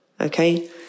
Okay